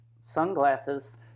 sunglasses